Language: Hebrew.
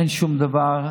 אין שום דבר,